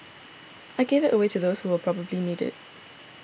I gave it away to those who will probably need it